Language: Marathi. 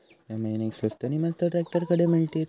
या महिन्याक स्वस्त नी मस्त ट्रॅक्टर खडे मिळतीत?